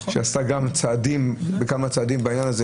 שעשתה כמה צעדים בעניין הזה,